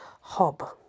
Hob